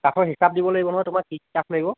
কাঠৰ হিচাপ দিব লাগিব নহয় তোমাক কি কাঠ লাগিব